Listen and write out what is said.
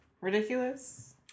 ridiculous